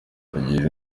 mugira